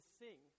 sing